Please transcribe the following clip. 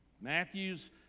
Matthew's